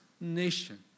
nation